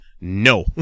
No